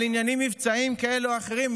על עניינים מבצעיים כאלה או אחרים,